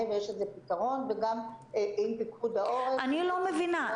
ופתרון וגם עם פיקוד העורף --- אני לא מבינה,